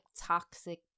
toxic